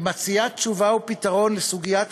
היא מציעה תשובה ופתרון לסוגיית